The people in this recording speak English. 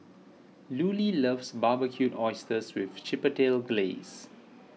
Lulie loves Barbecued Oysters with Chipotle Glaze